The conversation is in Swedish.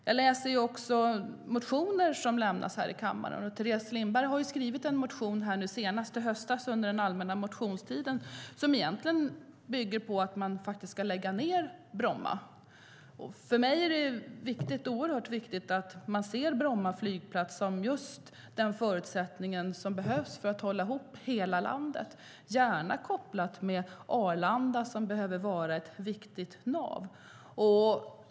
Jag har också läst motioner som har väckts i kammaren. Teres Lindberg skrev senast i höstas under allmänna motionstiden en motion som bygger på att Bromma ska läggas ned. För mig är det oerhört viktigt att se Bromma flygplats som den förutsättning som behövs för att hålla ihop hela landet, gärna kopplat med Arlanda som ett viktigt nav.